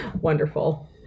Wonderful